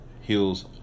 heals